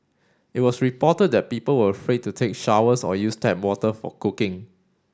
it was reported that people were afraid to take showers or use tap water for cooking